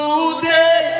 Today